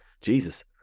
Jesus